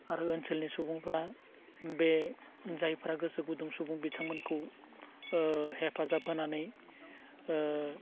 आरो ओनसोलनि सुबुंफोरा बे जायफोरा गोसो गुदुं सुबुं बिथांमोनखौ हेफाजाब होनानै